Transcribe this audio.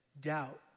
doubt